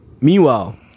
Meanwhile